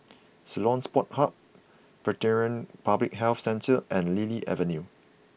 Ceylon Sports hang Veterinary Public Health Centre and Lily Avenue